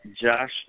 Josh